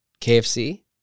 KFC